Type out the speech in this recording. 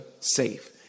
safe